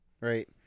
Right